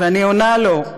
ואני עונה לו: